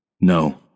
No